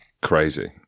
crazy